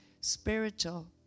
spiritual